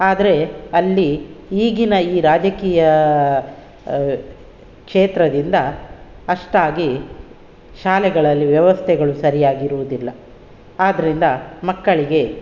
ಆದರೆ ಅಲ್ಲಿ ಈಗಿನ ಈ ರಾಜಕೀಯ ಕ್ಷೇತ್ರದಿಂದ ಅಷ್ಟಾಗಿ ಶಾಲೆಗಳಲ್ಲಿ ವ್ಯವಸ್ಥೆಗಳು ಸರಿಯಾಗಿರುವುದಿಲ್ಲ ಆದ್ದರಿಂದ ಮಕ್ಕಳಿಗೆ